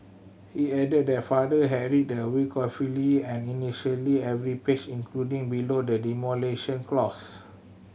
he added that father had read the will carefully and initially every page including below the demolition clause